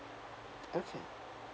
okay